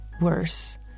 worse